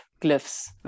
glyphs